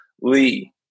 Lee